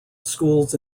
schools